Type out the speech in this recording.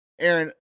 Aaron